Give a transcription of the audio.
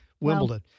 Wimbledon